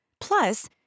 Plus